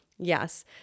Yes